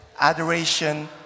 Adoration